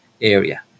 area